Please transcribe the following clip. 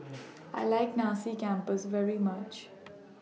I like Nasi Campur very much